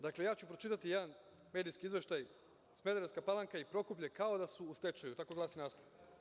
Dakle, ja ću pročitati jedan medijski izveštaj – Smederevska Palanka i Prokuplje kao da su u stečaju, tako glasi naslov.